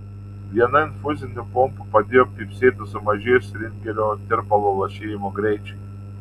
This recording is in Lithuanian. viena infuzinių pompų padėjo pypsėti sumažėjus ringerio tirpalo lašėjimo greičiui